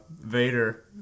Vader